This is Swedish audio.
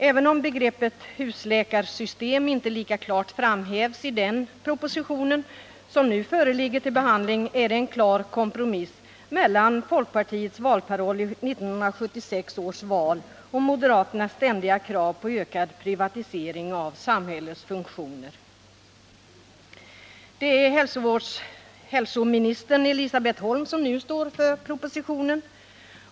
Även om begreppet husläkarsystem inte lika klart framhävs i den proposition som nu föreligger till behandling, är det en klar kompromiss mellan folkpartiets valparoll i 1976 års val och moderaternas ständiga krav på ökad privatisering av samhällets funktioner. Det är hälsoministern Elisabet Holm som nu står för propositionen.